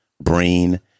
Brain